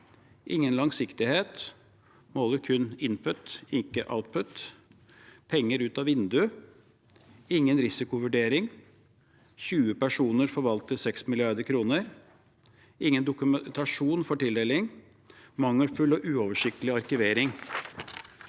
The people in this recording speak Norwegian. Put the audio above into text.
ingen langsiktighet, måler kun input, ikke output, penger ut av vinduet, ingen risikovurdering, 20 personer forvalter 6 mrd. kr, ingen dokumentasjon for tildeling, mangelfull og uoversiktlig arkivering.